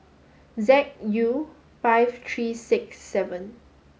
Z U five three six seven